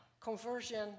conversion